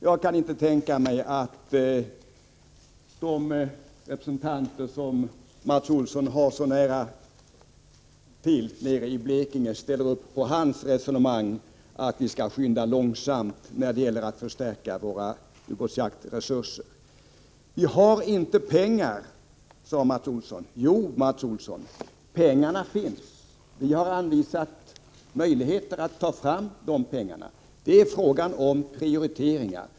Jag kan inte tänka mig att de representanter som Mats Olsson har så nära till nere i Blekinge ställer upp på hans resonemang, att vi skall skynda långsamt när det gäller att förstärka våra ubåtsjaktsresurser. Vi har inte pengar, sade Mats Olsson. Jo, Mats Olsson, pengarna finns. Vi har anvisat möjligheter att ta fram dem. Det är en fråga om prioriteringar.